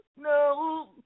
no